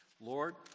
lord